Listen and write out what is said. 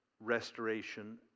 restoration